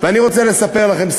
אני רוצה לספר לכם סיפור.